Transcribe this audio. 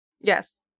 Yes